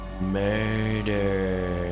Murder